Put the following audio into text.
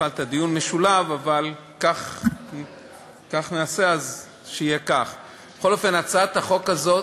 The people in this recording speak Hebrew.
השרים, חברי חברי הכנסת, הצעת החוק הזו,